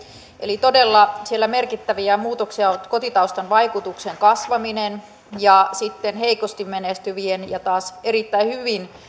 eli siellä merkittäviä muutoksia ovat todella kotitaustan vaikutuksen kasvaminen ja heikosti menestyvien ja taas erittäin hyvin